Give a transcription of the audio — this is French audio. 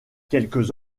quelques